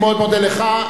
אני מאוד מודה לך.